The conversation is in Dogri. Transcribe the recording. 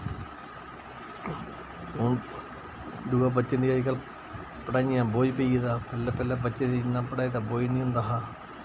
हु'न दुए बच्चें दी अजकल्ल पढ़ाइयें दा बोज पेई गेदा पैह्ले पैह्ले बच्चें दी इ'न्ना पढ़ाई दा बोझ निं होंदा हा